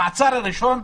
המעצר הראשון,